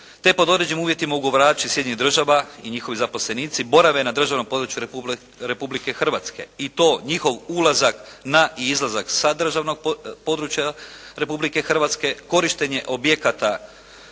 te pod određenim uvjetima ugovarači Sjedinjenih Država i njihovi zaposlenici borave na državnom području Republike Hrvatske i to njihov ulazak na i izlazak sa državnog područja Republike Hrvatske, korištenje objekata